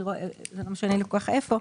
זה לא משנה לי כל-כך איפה,